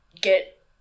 get